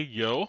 yo